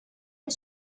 his